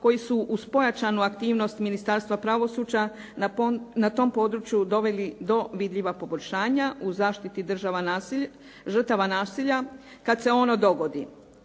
koji su uz pojačanu aktivnost Ministarstva pravosuđa na tom području doveli do vidljiva poboljšanja u zaštiti žrtava nasilja kad se ono dogodi.